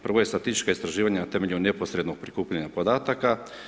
Prvo je statistička istraživanja na temelju neposrednog prikupljanja podataka.